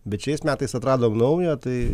bet šiais metais atradom naują tai